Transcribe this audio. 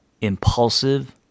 impulsive